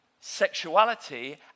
sexuality